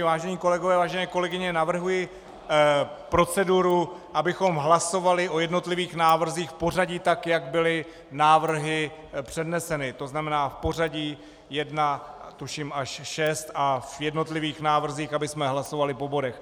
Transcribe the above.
Vážení kolegové, vážené kolegyně, navrhuji proceduru, abychom hlasovali o jednotlivých návrzích v pořadí tak, jak byly návrhy předneseny, to znamená pořadí jedna tuším až šest, a v jednotlivých návrzích abychom hlasovali po bodech.